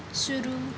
शुरू